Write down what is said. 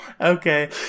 Okay